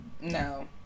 No